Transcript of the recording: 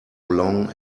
long